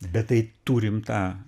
bet tai turim tą